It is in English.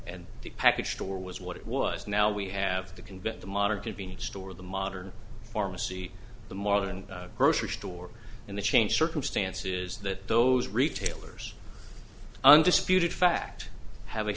and the package store was what it was now we have to convince the modern convenience store the modern pharmacy the modern grocery store and the changed circumstances that those retailers undisputed fact hav